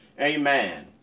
Amen